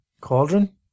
cauldron